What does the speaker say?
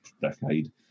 decade